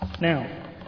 Now